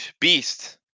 Beast